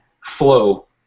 flow